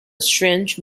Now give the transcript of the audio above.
strange